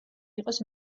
იყოს